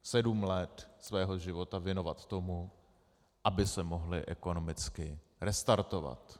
Sedm let svého života věnovat tomu, aby se mohli ekonomicky restartovat.